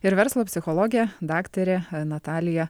ir verslo psichologė daktarė natalija